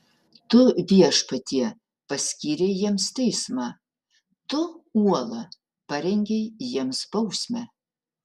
tu viešpatie paskyrei jiems teismą tu uola parengei jiems bausmę